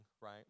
right